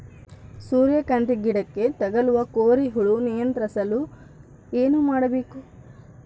ಸೂರ್ಯಕಾಂತಿ ಗಿಡಕ್ಕೆ ತಗುಲುವ ಕೋರಿ ಹುಳು ನಿಯಂತ್ರಿಸಲು ಏನು ಮಾಡಬೇಕು?